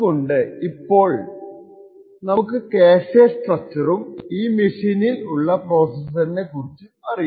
അതുകൊണ്ട് ഇപ്പോൾ നമുക്ക് ക്യാഷെ സ്ട്രക്ച്ചറും ഈ മെഷീനിൽ ഉള്ള പ്രൊസസ്സർനെ കുറിച്ചും അറിയാം